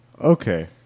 Okay